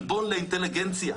עלבון לאינטליגנציה,